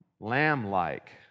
Lamb-like